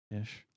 ish